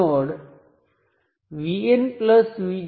હવે ચાલો જોઈએ V1 અને I1 વચ્ચેનો સંબંધ શું આવે છે